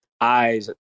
eyes